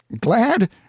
Glad